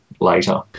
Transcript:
later